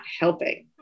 helping